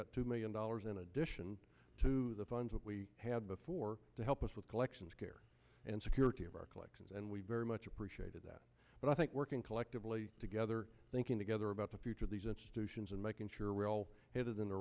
got two million dollars in addition to the funds we had before to help us with collections care and security of our collections and we very much appreciated that but i think working collectively together thinking together about the future of these institutions and making sure w